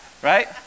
Right